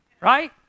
Right